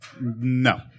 No